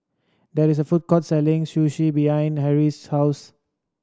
there is a food court selling Sushi behind Harrie's house